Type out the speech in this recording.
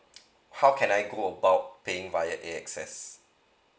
how can I go about paying via AXS